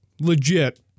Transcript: legit